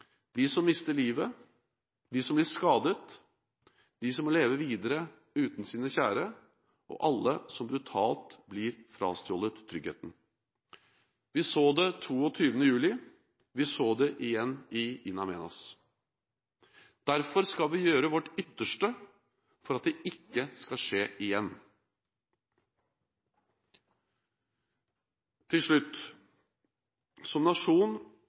de som mister livet, de som blir skadd, de som må leve videre uten sine kjære, og alle som brutalt blir frastjålet tryggheten. Vi så det 22. juli. Vi så det igjen i In Amenas. Derfor skal vi gjøre vårt ytterste for at det ikke skal skje igjen. Til slutt: Som nasjon